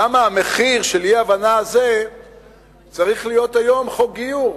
למה המחיר של האי-הבנה הזו צריך להיות היום חוק גיור.